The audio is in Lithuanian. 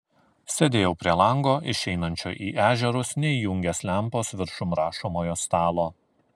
sėdėjau prie lango išeinančio į ežerus neįjungęs lempos viršum rašomojo stalo